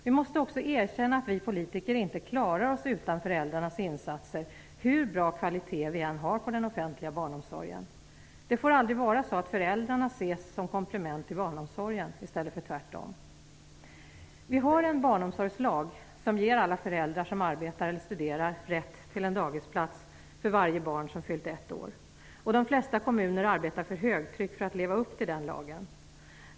Vi måste också erkänna att vi politiker inte klarar oss utan föräldrarnas insatser, hur bra kvalitet vi än har på den offentliga barnomsorgen. Det får aldrig vara så att föräldrarna ses som komplement till barnomsorgen i stället för tvärtom. Vi har en barnomsorgslag som ger alla föräldrar som arbetar eller studerar rätt till en dagisplats för varje barn som fyllt ett år, och de flesta kommuner arbetar för högtryck för att leva upp till den lagen.